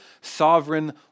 sovereign